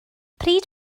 pryd